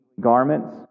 garments